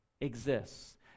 exists